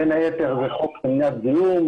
בין היתר זה חוק שמירת דינים,